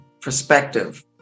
perspective